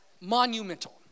monumental